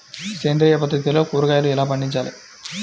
సేంద్రియ పద్ధతిలో కూరగాయలు ఎలా పండించాలి?